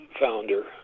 founder